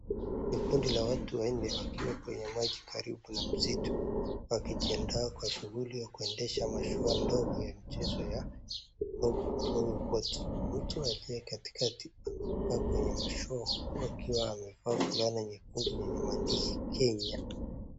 Kikundi cha watu wanne wakiwa kwenye mwaki karibu na misitu wajijiandaa kwa shughuli ya kuendesha mashua ndogo ya mchezo ya outrigger rowing boat . Mtu aliye katikati amekaa kwenye mashua huku akiwa amevaa fulana nyekundu yenye maandishi Kenya.